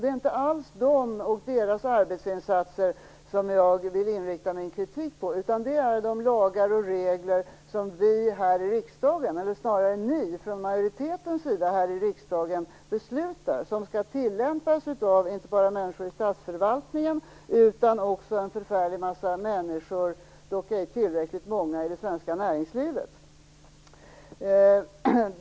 Det är inte alls mot dem och deras arbetsinsatser jag vill rikta min kritik, utan mot de lagar och regler som vi här i riksdagen - eller snarare ni i majoriteten - beslutar om. Det är lagar och regler som skall tillämpas inte bara av människor i statsförvaltningen, utan också av förfärligt många människor, dock ej tillräckligt många, i det svenska näringslivet.